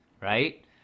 right